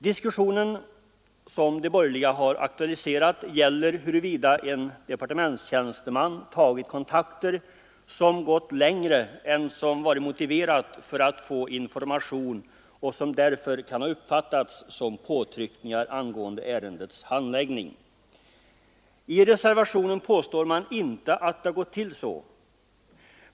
Diskussionen, som de borgerliga har aktualiserat, gäller huruvida en departementstjänsteman tagit kontakter som gått längre än som varit motiverat för att få information och som därför kan ha uppfattats som påtryckningar angående ärendets handläggning. I reservationen påstår man inte att det har gått till så.